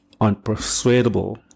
unpersuadable